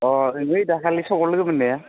अ नै दाखालि सखआव लोगो मोननाया